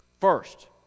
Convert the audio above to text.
First